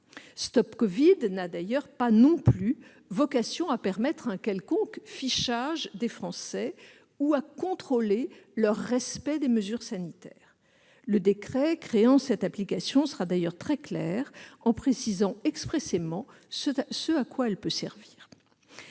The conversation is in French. StopCovid n'a d'ailleurs pas non plus vocation à permettre un quelconque fichage des Français ou à contrôler leur respect des mesures sanitaires. Le décret créant cette application sera très clair, en précisant expressément ce à quoi elle peut servir.